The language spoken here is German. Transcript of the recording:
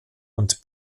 und